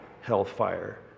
hellfire